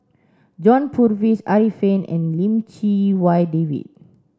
John Purvis Arifin and Lim Chee Wai David